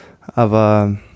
aber